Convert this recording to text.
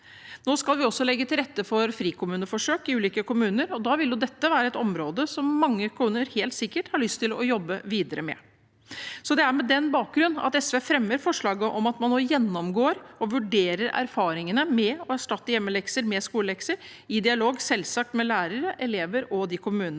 Nå skal vi også legge til rette for frikommuneforsøk i ulike kommuner, og da vil dette være et område som mange kommuner helt sikkert har lyst til å jobbe videre med. Det er med den bakgrunn at SV fremmer forslaget om at man nå gjennomgår og vurderer erfaringene med å erstatte hjemmelekser med skolelekser – i dialog, selvsagt, med lærere, elever og de kommunene